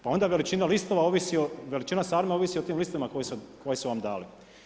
Pa onda veličina listova ovisi o, veličina sarme ovisi o tim listovima koje su vam dali.